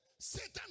satan